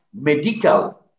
medical